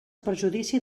perjudici